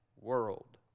world